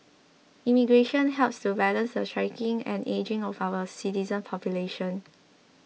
immigration helps to balance the shrinking and ageing of our citizen population